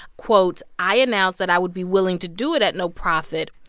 quote, i announced that i would be willing to do it at no profit,